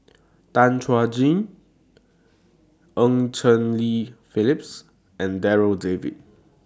Tan Chuan Jin Eng Cheng Li Phyllis and Darryl David